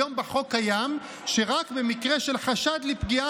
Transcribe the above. היום בחוק קיים שרק במקרה של חשד לפגיעה